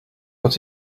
but